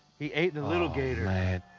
he ate the little gator.